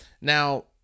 Now